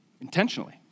intentionally